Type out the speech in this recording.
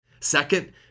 Second